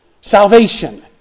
Salvation